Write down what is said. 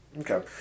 Okay